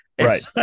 Right